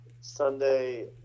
Sunday